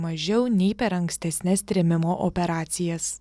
mažiau nei per ankstesnes trėmimo operacijas